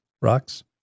rocks